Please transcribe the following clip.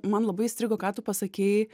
man labai įstrigo ką tu pasakei